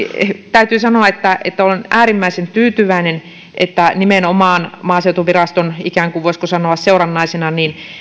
täytyy sanoa että että olen äärimmäisen tyytyväinen että nimenomaan maaseutuviraston voisiko sanoa ikään kuin seurannaisena